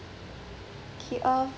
okay uh